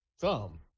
thumb